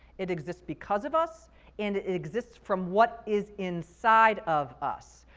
it exists because of us, and it exists from what is inside of us,